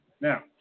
now